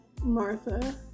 martha